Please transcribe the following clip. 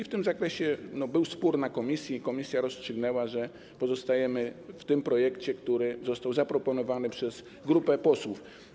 W tym zakresie był spór w komisji i komisja rozstrzygnęła, że pozostajemy przy tym projekcie, który został zaproponowany przez grupę posłów.